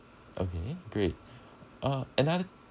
okay great uh another